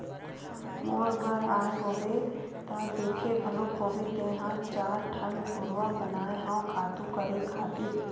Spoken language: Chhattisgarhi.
मोर घर आए होबे त देखे घलोक होबे तेंहा चार ठन घुरूवा बनाए हव खातू करे खातिर